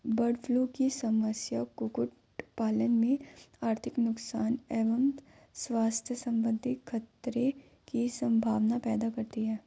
bird flu की समस्या कुक्कुट पालन में आर्थिक नुकसान एवं स्वास्थ्य सम्बन्धी खतरे की सम्भावना पैदा करती है